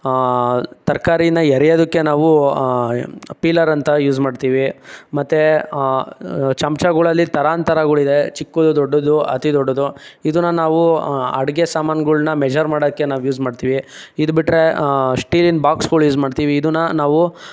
ತರಕಾರಿನ ಎರಿಯೋದಕ್ಕೆ ನಾವು ಪೀಲರ್ ಅಂತ ಯೂಸ್ ಮಾಡ್ತೀವಿ ಮತ್ತೆ ಚಮಚಗಳಲ್ಲಿ ತರಾಂತರಗಳಿದೆ ಚಿಕ್ಕದು ದೊಡ್ಡದು ಅತೀ ದೊಡ್ಡದು ಇದನ್ನು ನಾವು ಅಡುಗೆ ಸಾಮಾನುಗಳನ್ನ ಮೆಷರ್ ಮಾಡೋಕ್ಕೆ ನಾವು ಯೂಸ್ ಮಾಡ್ತೀವಿ ಇದು ಬಿಟ್ಟರೆ ಸ್ಟೀಲಿನ ಬಾಕ್ಸ್ಗಳು ಯೂಸ್ ಮಾಡ್ತೀವಿ ಇದನ್ನು ನಾವು